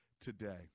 today